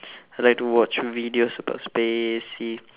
I like to watch videos about space see